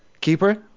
Keeper